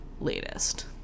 latest